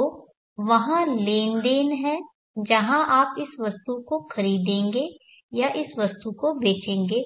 तो वहाँ लेनदेन है जहाँ आप इस वस्तु को खरीदेंगे या इस वस्तु को बेचेंगे